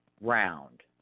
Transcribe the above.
round